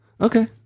Okay